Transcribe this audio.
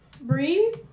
Breathe